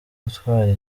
utwara